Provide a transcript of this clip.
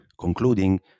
Concluding